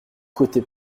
cote